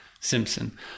Simpson